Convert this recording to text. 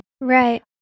Right